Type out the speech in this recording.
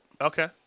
Okay